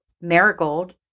marigold